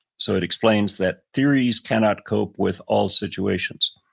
so it explains that theories cannot cope with all situations.